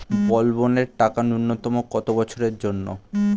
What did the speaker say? বলবনের টাকা ন্যূনতম কত বছরের জন্য?